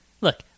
Look